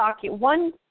one